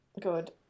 Good